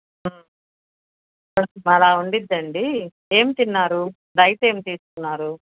కొంచెం అలా ఉంటుందండి ఏమి తిన్నారు డైట్ ఏమి తీసుకున్నారు